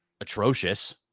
atrocious